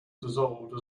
dissolved